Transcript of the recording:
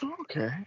Okay